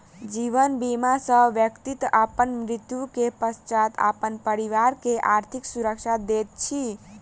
जीवन बीमा सॅ व्यक्ति अपन मृत्यु के पश्चात अपन परिवार के आर्थिक सुरक्षा दैत अछि